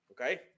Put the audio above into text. Okay